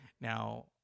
Now